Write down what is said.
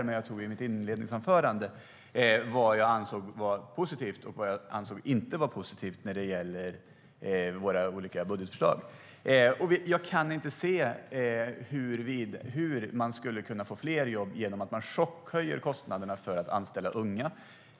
Men i mitt inledningsanförande tog jag upp vad jag ansåg vara positivt och vad jag ansåg inte var positivt när det gäller våra olika budgetförslag. Jag kan inte se hur man skulle kunna få fler jobb genom att chockhöja kostnaderna för att anställa unga.